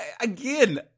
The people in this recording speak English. again